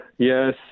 Yes